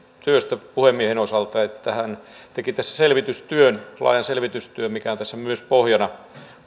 työstä puhemiehen osalta että hän teki tässä laajan selvitystyön mikä on tässä esityksessä myös pohjana